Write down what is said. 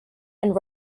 and